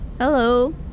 Hello